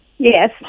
Yes